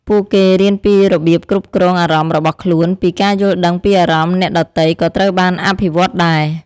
ពួកគេរៀនពីរបៀបគ្រប់គ្រងអារម្មណ៍របស់ខ្លួន ពីការយល់ដឹងពីអារម្មណ៍អ្នកដទៃក៏ត្រូវបានអភិវឌ្ឍដែរ។